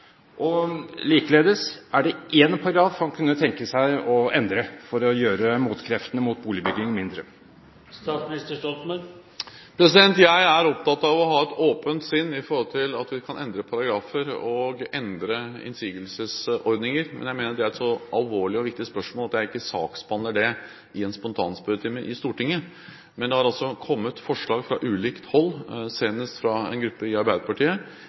Likeledes: Er det én paragraf han kunne tenke seg å endre for å gjøre motkreftene mot boligbygging mindre? Jeg er opptatt av å ha et åpent sinn i forhold til at vi kan endre paragrafer og endre innsigelsesordninger. Men jeg mener at det er et så alvorlig og viktig spørsmål at jeg ikke saksbehandler det i en spontanspørretime i Stortinget. Men det har altså kommet forslag fra ulikt hold – senest fra en gruppe i Arbeiderpartiet